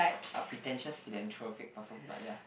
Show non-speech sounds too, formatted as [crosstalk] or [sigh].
[noise] a pretentious philanthropic person but ya